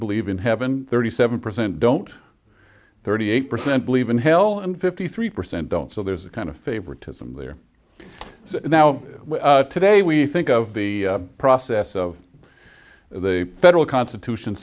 believe in heaven thirty seven percent don't thirty eight percent believe in hell and fifty three percent don't so there's a kind of favoritism there and now today we think of the process of the federal constitution